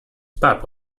pub